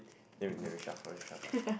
then we never shuffle we shuffle